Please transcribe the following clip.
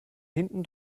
hinten